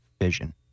vision